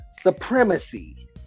supremacy